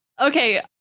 Okay